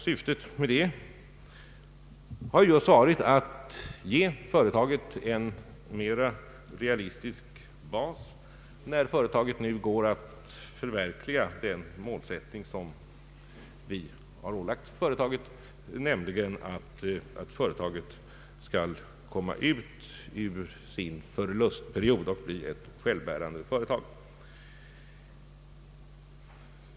Syftet har just varit att ge företaget en mera realistisk bas när det nu går att förverkliga den målsättning som vi har ålagt företaget, nämligen att det skall komma ut ur sin förlustperiod och bli självbärande.